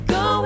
go